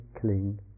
cling